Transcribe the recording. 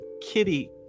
kitty